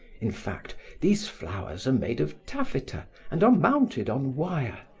in fact, these flowers are made of taffeta and are mounted on wire.